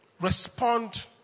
respond